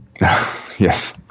Yes